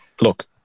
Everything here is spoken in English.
look